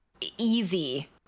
easy